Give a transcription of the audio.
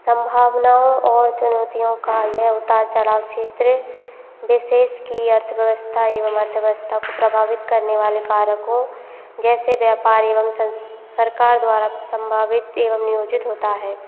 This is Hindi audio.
संभावनाओं और चुनौतियों का यह उतार चढ़ाव क्षेत्र विशेष की अर्थव्यवस्था एवं अर्थव्यवस्था को प्रभावित करने वाले कार्यों को जैसे व्यापार एवं सरकार द्वारा संभावित एवं नियोजित होता है